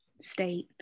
state